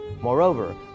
Moreover